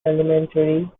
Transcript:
elementary